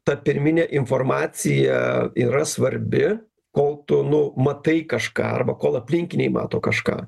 ta pirminė informacija yra svarbi kol tu nu matai kažką arba kol aplinkiniai mato kažką